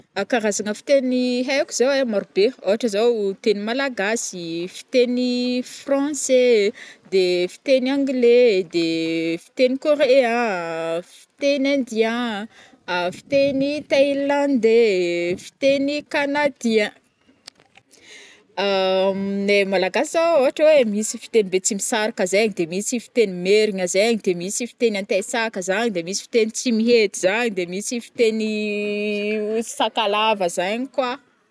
Karazagna fiteny haiko zao ai, maro be ôhatra zao teny Malagasy, fiteny Francais, de fiteny Anglais, de fiteny Coréen, fiteny Indien, fiteny Thailandais, fiteny Canadien, aminay Malagasy zao ôhatra oe misy fiteny Betsimisaraka zegny, de misy fiteny Merina zegny, de misy fiteny Antesaka zagny, misy fiteny Tsimihety zagny, de misy fiteny Sakalava zagny koa.